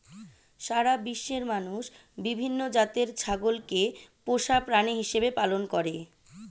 সারা বিশ্বের মানুষ বিভিন্ন জাতের ছাগলকে পোষা প্রাণী হিসেবে পালন করে